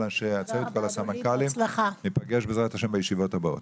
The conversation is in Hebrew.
ולאנשי צוותה, ניפגש בע"ה בישיבות הבאות.